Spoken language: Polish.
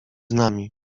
nami